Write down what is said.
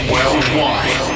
Worldwide